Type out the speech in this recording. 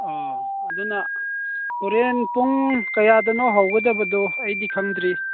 ꯑꯥ ꯑꯗꯨꯅ ꯍꯣꯔꯦꯟ ꯄꯨꯡ ꯀꯌꯥꯗꯅꯣ ꯍꯧꯒꯗꯕꯗꯣ ꯑꯩꯗꯤ ꯈꯪꯗ꯭ꯔꯤ